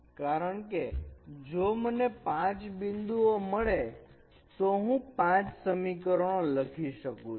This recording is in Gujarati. કારણ કે જો મને પાંચ બિંદુ મળે તો હું પાંચ સમીકરણો લખી શકુ છું